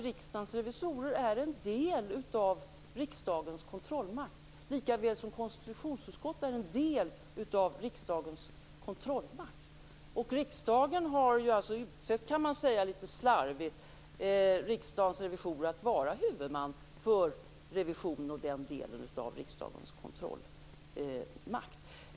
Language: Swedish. Riksdagens revisorer är en del av riksdagens kontrollmakt, lika väl som konstitutionsutskottet är en del av riksdagens kontrollmakt. Riksdagen har ju alltså utsett, kan man säga litet slarvigt, Riksdagens revisorer till att vara huvudman för revisionen och den delen av riksdagens kontrollmakt.